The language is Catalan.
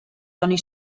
doni